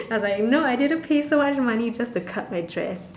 I was like no I didn't pay so much money just to cut my dress